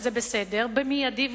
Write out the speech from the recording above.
זה בסדר מיידית,